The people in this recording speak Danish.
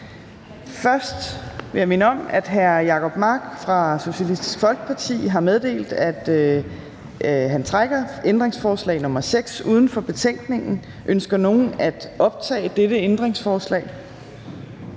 Først vil jeg minde om, at hr. Jacob Mark fra Socialistisk Folkeparti har meddelt, at han trækker ændringsforslag nr. 6 uden for betænkningen tilbage. Ønsker nogen at optage dette ændringsforslag?